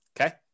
Okay